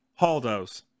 Haldos